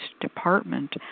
Department